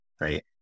right